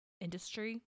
Industry